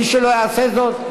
מי שלא יעשה זאת,